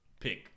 pick